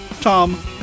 Tom